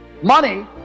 Money